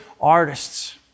artists